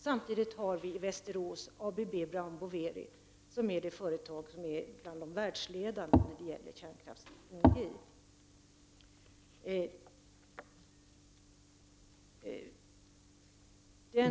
Samtidigt har vi i Västerås Asea Brown Boveri, som är ett av de mest elkraftsintensiva företagen i världen.